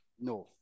No